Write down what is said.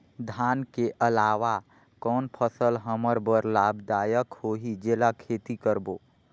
धान के अलावा कौन फसल हमर बर लाभदायक होही जेला खेती करबो?